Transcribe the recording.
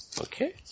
Okay